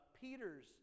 Peter's